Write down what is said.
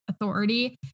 authority